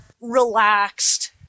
relaxed